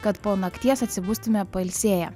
kad po nakties atsibustume pailsėję